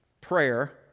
prayer